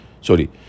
Sorry